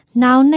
Now